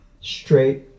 straight